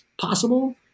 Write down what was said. possible